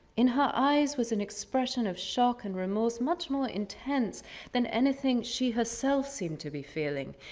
in her eyes was an expression of shock and remorse much more intense than anything she herself seemed to be feeling.